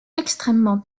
extrêmement